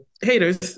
haters